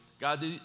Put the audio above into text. God